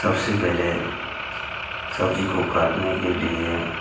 सबसे पहले सब्ज़ी को काटने के लिए